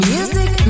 Music